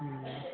हां